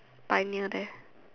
pioneer there